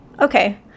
Okay